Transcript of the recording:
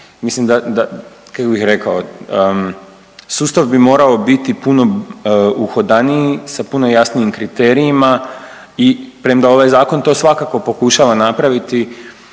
Mislim da, da kako bih rekao, sustav bi morao biti puno uhodaniji sa puno jasnijim kriterijima i premda ovaj zakon to svakako pokušava napraviti